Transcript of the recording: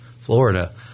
Florida